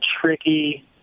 tricky